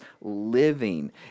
living